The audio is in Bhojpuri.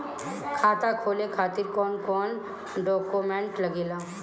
खाता खोले खातिर कौन कौन डॉक्यूमेंट लागेला?